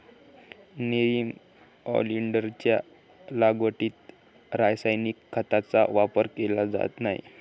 nerium ऑलिंडरच्या लागवडीत रासायनिक खतांचा वापर केला जात नाही